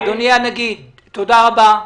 אדוני הנגיד, תודה רבה.